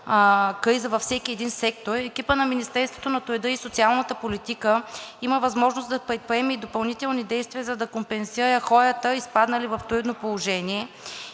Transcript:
криза във всеки един сектор, екипът на Министерството на труда и социалната политика има възможност да предприеме и допълнителни действия, за да компенсира хората, изпаднали в трудно положение